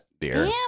dear